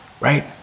right